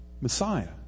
Messiah